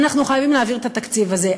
אנחנו חייבים להעביר את התקציב הזה,